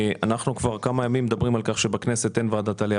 אנחנו כבר כמה ימים מדברים על כך שבכנסת אין ועדת העלייה